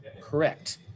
Correct